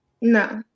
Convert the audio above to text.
No